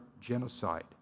genocide